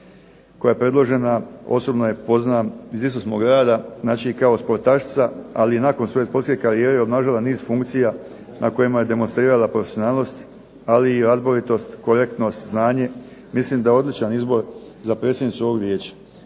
koja je predložena, osobno je poznam iz istog smo grada, znači kao sportašica, ali i nakon svoje sportske karijere obnašala niz funkcija na kojima je demonstrirala profesionalnost ali i razborito korektno znanje. Mislim da je odličan izbor za predsjednicu ovog Vijeća.